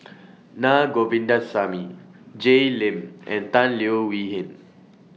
Naa Govindasamy Jay Lim and Tan Leo Wee Hin